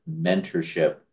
Mentorship